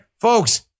folks